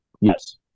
Yes